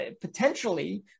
potentially